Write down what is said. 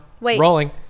rolling